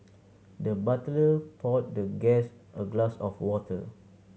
the butler poured the guest a glass of water